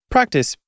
Practice